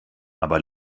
aber